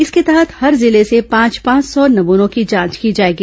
इसके तहत हर जिले से पांच पांच सौ नमूनों की जांच की जाएगी